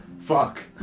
fuck